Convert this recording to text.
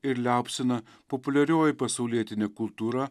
ir liaupsina populiarioji pasaulietinė kultūra